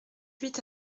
huit